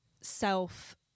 self